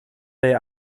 hij